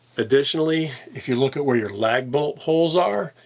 additionally, if you look at where your lag bolt holes are,